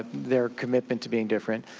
their commitment to being different.